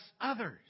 others